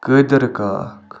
قٲدِر کاکھ